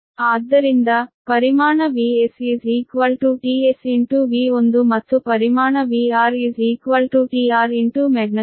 ಆದ್ದರಿಂದ ಪ್ರಮಾಣ |VS|tSV1 ಮತ್ತು ಪರಿಮಾಣ |VR|tRmagnitude |V2|